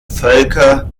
völker